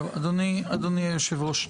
טוב, אדוני יושב הראש.